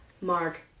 Mark